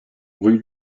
rue